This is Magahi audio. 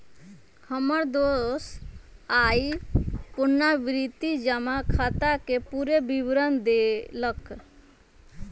हमर दोस आइ पुरनावृति जमा खताके पूरे विवरण देलक